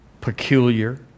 peculiar